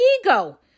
ego